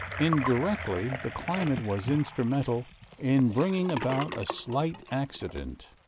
in directly, the climate was instrumental in bringing about a slight accident,